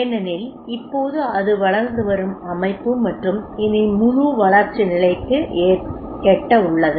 ஏனெனில் இப்போது அது வளர்ந்து வரும் அமைப்பு மற்றும் இனி முழு வளர்ச்சி நிலைக்கு எட்டவுள்ளது